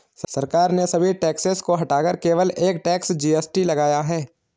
सरकार ने सभी टैक्सेस को हटाकर केवल एक टैक्स, जी.एस.टी लगाया है